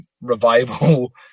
revival